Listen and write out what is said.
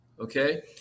okay